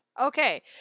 Okay